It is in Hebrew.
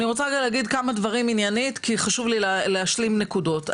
אני רוצה רגע להגיד כמה דברים עניינית כי חשוב לי להשלים נקודות.